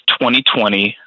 2020